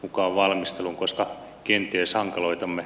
ukkoa valmisteluun koska kenties onkaloitamme